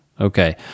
Okay